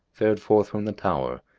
fared forth from the tower,